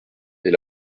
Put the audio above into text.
est